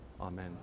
Amen